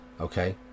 Okay